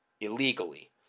Illegally